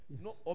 No